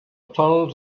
tunnel